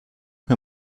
mir